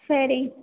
சரி